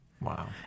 Wow